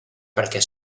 perquè